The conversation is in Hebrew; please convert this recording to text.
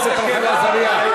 חברת הכנסת רחל עזריה.